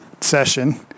session